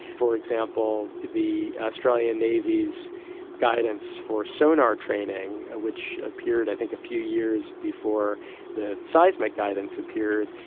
for example, the australian navy's guidance for sonar training, ah which appeared i think a few years before the seismic guidance appeared,